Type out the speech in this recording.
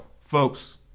folks